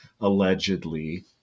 allegedly